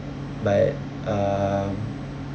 but um